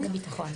סליחה,